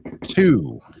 two